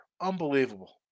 Unbelievable